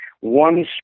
one